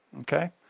okay